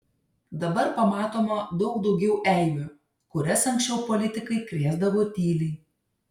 dabar pamatoma daug daugiau eibių kurias anksčiau politikai krėsdavo tyliai